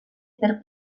per